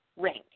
rank